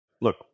Look